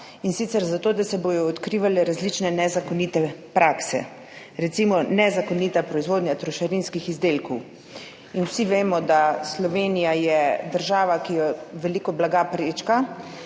naprava? Zato, da se bodo odkrivale različne nezakonite prakse, recimo nezakonita proizvodnja trošarinskih izdelkov. Vsi vemo, da Slovenija je država, ki jo prečka veliko blaga in da